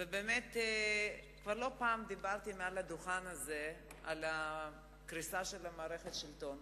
לא פעם כבר דיברתי מהדוכן הזה על קריסת מערכת השלטון.